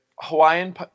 Hawaiian